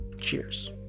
cheers